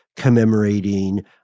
commemorating